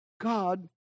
God